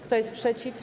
Kto jest przeciw?